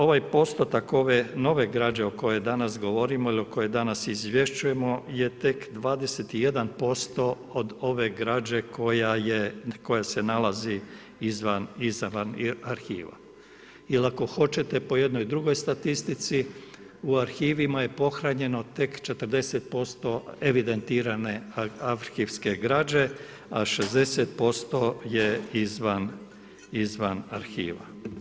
Ovaj postotak ove nove građe o kojoj danas govorimo ili o kojoj izvješćujemo je tek 21% od ove građen koja se nalazi izvan arhiva ili ako hoćete po jednoj drugoj statistici, u arhivima je pohranjeno tek 40% evidentirane arhivske građe a 60% je izvan arhiva.